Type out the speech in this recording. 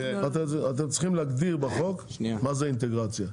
אתם צריכים להגדיר בחוק מה זו אינטגרציה,